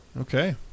Okay